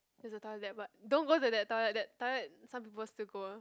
there's a toilet there but don't go to that toilet that toilet some people still go ah